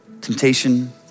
temptation